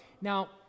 Now